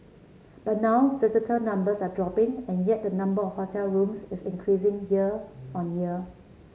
but now visitor numbers are dropping and yet the number of hotel rooms is increasing year on year